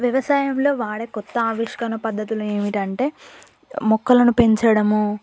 వ్యవసాయంలో వాడే కొత్త ఆవిష్కరణ పద్ధతులు ఏమిటంటే మొక్కలను పెంచడము